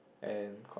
and con